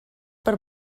per